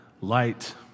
light